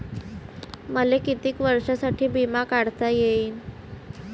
मले कितीक वर्षासाठी बिमा काढता येईन?